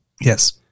Yes